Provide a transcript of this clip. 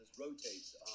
rotates